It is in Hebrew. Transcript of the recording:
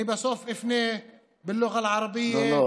אני בסוף אפנה בשפה הערבית, לא.